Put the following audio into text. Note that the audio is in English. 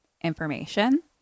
information